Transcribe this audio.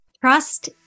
trust